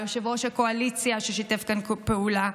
ליושב-ראש הקואליציה, ששיתף פעולה,